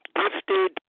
gifted